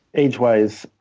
age-wise,